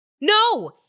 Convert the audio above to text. No